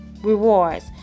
rewards